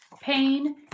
Pain